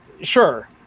sure